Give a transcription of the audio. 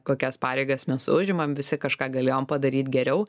kokias pareigas mes užimam visi kažką galėjom padaryt geriau